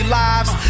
lives